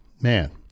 Man